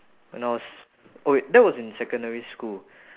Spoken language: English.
when I was oh wait that was in secondary school